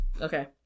Okay